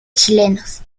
chilenos